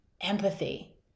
Empathy